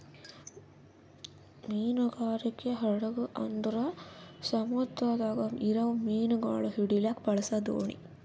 ಮೀನುಗಾರಿಕೆ ಹಡಗು ಅಂದುರ್ ಸಮುದ್ರದಾಗ್ ಇರವು ಮೀನುಗೊಳ್ ಹಿಡಿಲುಕ್ ಬಳಸ ದೋಣಿ